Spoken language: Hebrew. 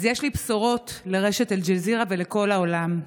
אז יש לי בשורות לרשת אל-ג'זירה ולכל העולם: